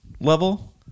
level